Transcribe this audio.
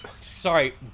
Sorry